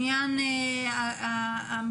מעבדה, אולם הרצאות וכן הלאה.